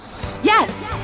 Yes